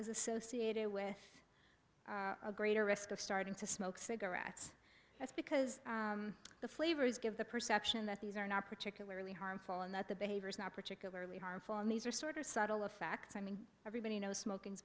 is associated with a greater risk of starting to smoke cigarettes that's because the flavors give the perception that these are not particularly harmful and that the behavior is not particularly harmful and these are sort of subtle effects i mean everybody knows smoking